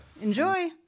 Enjoy